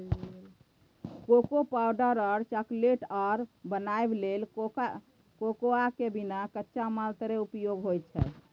cocoa powder और chocolate आर बनाबइ लेल कोकोआ के बिया कच्चा माल तरे उपयोग होइ छइ